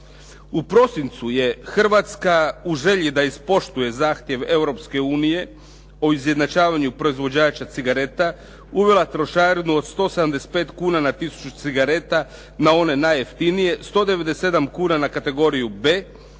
U prosincu je Hrvatska, u želji da ispoštuje zahtjev Europske unije o izjednačavanju proizvođača cigareta uvela trošarinu od 175 kuna na 1 000 cigareta na one najjeftinije, 197 kuna na kategoriju b,